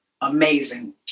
amazing